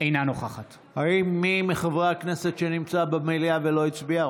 אינה נוכחת מי מחברי הכנסת נמצא מליאה ולא הצביע?